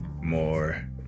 more